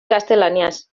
gaztelaniaz